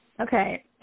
Okay